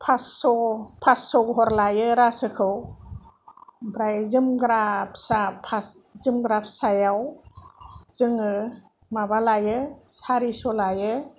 फासस' फासस' गर लायो रासोखौ ओमफ्राय जोमग्रा फिसा जोमग्रा फिसायाव जोङो माबा लायो सारिस' लायो